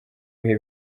bihe